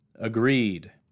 Agreed